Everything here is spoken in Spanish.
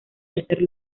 tercer